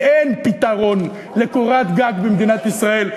כי אין פתרון לקורת גג במדינת ישראל,